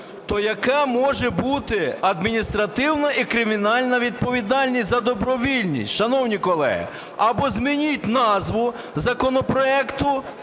то яка може бути адміністративна і кримінальна відповідальність за добровільність? Шановні колеги, або змініть назву законопроекту,